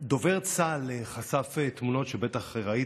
דובר צה"ל חשף תמונות שבטח ראיתם,